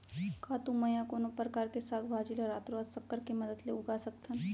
का तुमा या कोनो परकार के साग भाजी ला रातोरात संकर के मदद ले उगा सकथन?